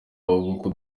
ahubwo